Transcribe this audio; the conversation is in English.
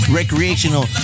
recreational